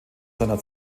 seiner